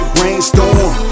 Brainstorm